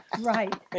Right